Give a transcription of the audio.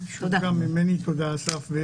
גם ממני תודה, אסף.